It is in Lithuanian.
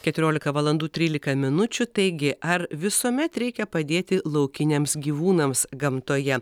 keturiolika valandų trylika minučių taigi ar visuomet reikia padėti laukiniams gyvūnams gamtoje